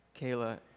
Kayla